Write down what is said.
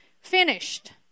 finished